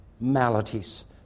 maladies